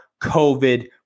COVID